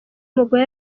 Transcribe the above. mugore